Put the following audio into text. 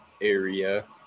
area